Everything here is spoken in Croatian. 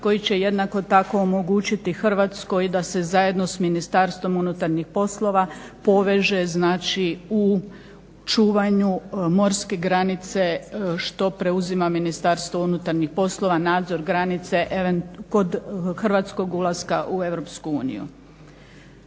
koji će jednako tako omogućiti Hrvatskoj da se zajedno s Ministarstvom unutarnjih poslova poveže znači u čuvanju morske granice što preuzima Ministarstvo unutarnjih poslova nadzor granice kod hrvatskog ulaska u EU.